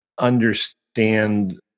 understand